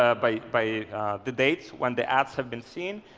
ah by by the dates when the ads have been seen,